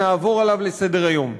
נעבור עליו לסדר-היום.